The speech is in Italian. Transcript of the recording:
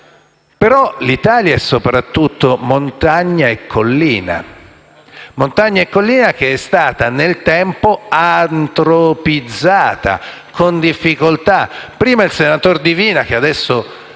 però l'Italia è soprattutto montagna e collina, che è stata nel tempo antropizzata con difficoltà. Prima il senatore Divina, che adesso